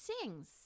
sings